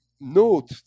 note